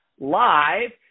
live